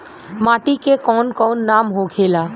माटी के कौन कौन नाम होखेला?